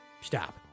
stop